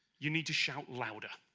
you need to shout louder,